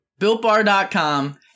BuiltBar.com